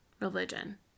Religion